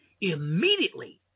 Immediately